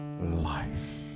life